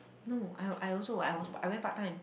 no I I also I was I went part-time